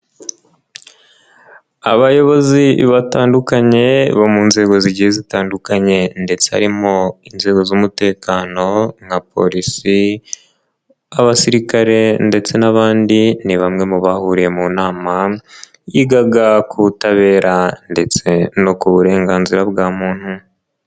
Abayobozi batandukanye bo mu nzego zigiye zitandukanye ndetse harimo inzego z'umutekano nka polisi, abasirikare ndetse n'abandi ni bamwe mu bahuriye mu nama yigaga ku butabera ndetse no ku burenganzira bwa muntu.